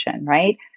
right